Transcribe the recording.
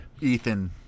ethan